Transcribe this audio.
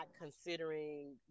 considering